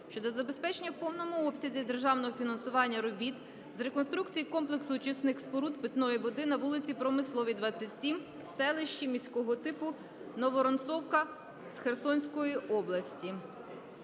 щодо забезпечення в повному обсязі державного фінансування робіт з реконструкції комплексу очисних споруд питної води по вулиці Промисловій, 27 в селищі міського типу Нововоронцовка Херсонської області.